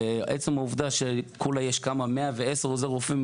עצם שיש בסך הכול 110 עוזרי רופאים,